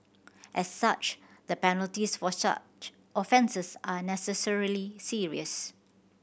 as such the penalties for such offences are necessarily serious